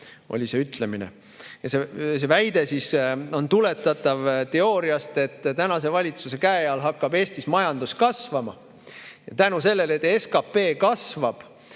oli see ütlemine. See väide on tuletatav teooriast, et tänase valitsuse käe all hakkab Eestis majandus kasvama, ja tänu sellele, et SKP kasvab,